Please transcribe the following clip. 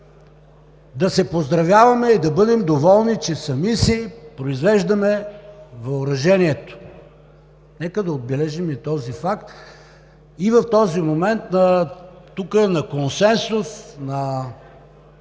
да се поздравяваме и да бъдем доволни, че сами си произвеждаме въоръжението. Нека да отбележим и този факт. Сега с консенсус, с